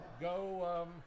go